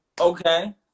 Okay